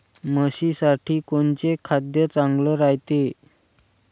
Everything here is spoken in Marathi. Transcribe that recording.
म्हशीसाठी कोनचे खाद्य चांगलं रायते?